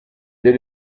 dès